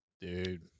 dude